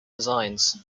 designs